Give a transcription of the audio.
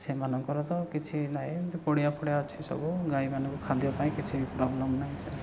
ସେମାନଙ୍କର ତ କିଛି ନାହିଁ ଏମିତି ପଡ଼ିଆ ଫଡ଼ିଆ ଅଛି ସବୁ ଗାଈମାନଙ୍କ ଖାଦ୍ୟ ପାଇଁ କିଛି ପ୍ରୋବ୍ଲେମ୍ ନାହିଁ ସେମିତି